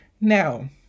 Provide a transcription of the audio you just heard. Now